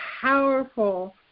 powerful